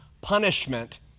punishment